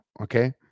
okay